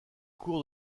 cours